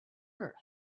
earth